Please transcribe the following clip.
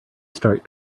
start